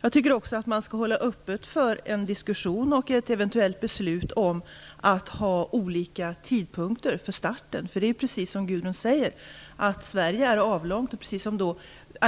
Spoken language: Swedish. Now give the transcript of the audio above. Jag tycker också att man skall hålla öppet för en diskussion och för ett eventuellt beslut om att ha olika tidpunkter för starten. Det är ju som Gudrun Lindvall säger; Sverige är avlångt. Precis som när det gäller